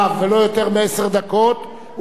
ולאחר ששר המשפטים ישיב,